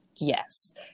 yes